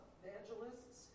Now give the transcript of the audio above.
evangelists